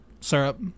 Syrup